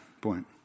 point